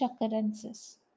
occurrences